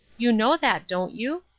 you know that, don't you?